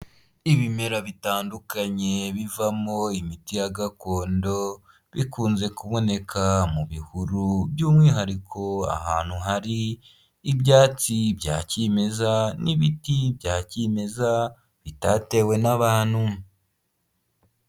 Ibimera bitandukanye bivamo imiti ya gakondo bikunze kuboneka mu bihuru by'umwihariko ahantu hari ibyatsi bya kimeza, n'ibiti bya kimeza bitatewe n'abantu.